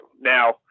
Now